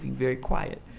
very quiet.